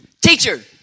teacher